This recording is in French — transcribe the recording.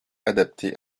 adaptées